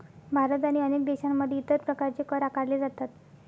भारत आणि अनेक देशांमध्ये इतर प्रकारचे कर आकारले जातात